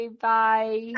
Bye